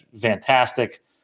fantastic